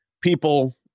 people